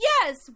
Yes